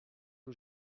que